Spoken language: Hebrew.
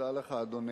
תודה לך, אדוני.